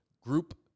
group